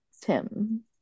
Tim